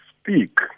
speak